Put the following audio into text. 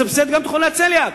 תסבסד גם את חולי הצליאק.